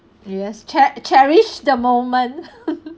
yes che~ cherish the moment